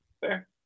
Fair